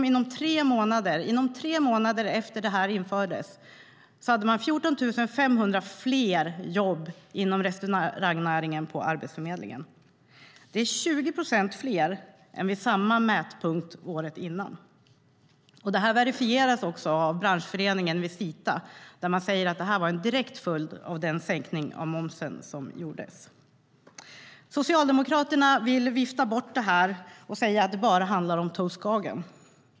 Inom tre månader efter att det infördes hade man 14 500 fler jobb inom restaurangnäringen på Arbetsförmedlingen. Det är 20 procent fler än vid samma mätpunkt året innan. Detta verifieras också av branschföreningen Visita, som säger att detta var en direkt följd av den sänkning av momsen som gjordes. Socialdemokraterna vill vifta bort detta med att det bara handlar om Toast Skagen.